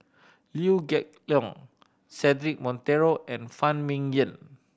Liew Geok Leong Cedric Monteiro and Phan Ming Yen